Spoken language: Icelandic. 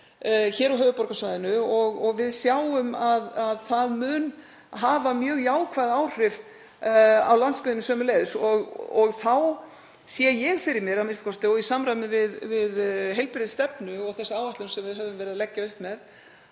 vel á höfuðborgarsvæðinu og við sjáum að það mun hafa mjög jákvæð áhrif á landsbyggðinni sömuleiðis. Þá sé ég fyrir mér a.m.k., og í samræmi við heilbrigðisstefnu og þessa áætlun sem við höfðum verið að leggja upp með,